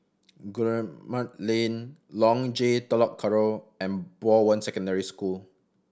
Guillemard Lane Long J Telok Kurau and Bowen Secondary School